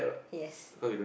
yes